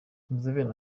museveni